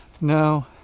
No